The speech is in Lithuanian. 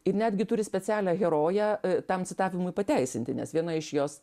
ir netgi turi specialią heroję tam citavimui pateisinti nes viena iš jos